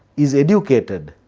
is educated.